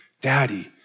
Daddy